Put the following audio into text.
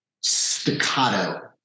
staccato